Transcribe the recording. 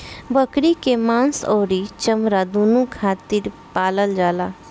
बकरी के मांस अउरी चमड़ा दूनो खातिर पालल जाला